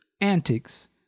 antics